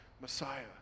Messiah